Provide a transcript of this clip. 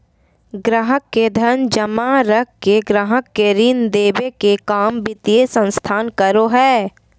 गाहक़ के धन जमा रख के गाहक़ के ऋण देबे के काम वित्तीय संस्थान करो हय